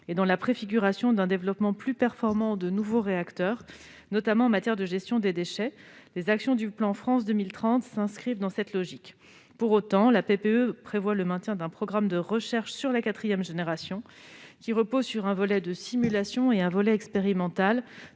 dans la préfiguration d'un développement plus performant de nouveaux réacteurs, notamment en matière de gestion des déchets. Le plan France 2030 s'inscrit dans cette logique. Pour autant, la PPE prévoit le maintien d'un programme de recherche sur la quatrième génération, reposant sur un volet de simulation et sur un volet expérimental,